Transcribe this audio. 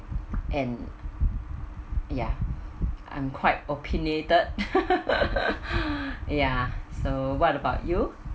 and ya I'm quite opinionated ya so what about you